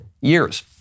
years